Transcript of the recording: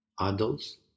Adults